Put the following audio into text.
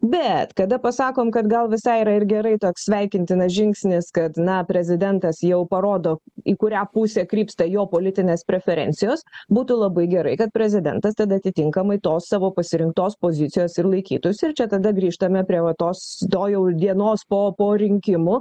bet kada pasakom kad gal visai yra ir gerai toks sveikintinas žingsnis kad na prezidentas jau parodo į kurią pusę krypsta jo politinės preferencijos būtų labai gerai kad prezidentas tada atitinkamai tos savo pasirinktos pozicijos ir laikytųsi ir čia tada grįžtame prie va tos to jau dienos po po rinkimų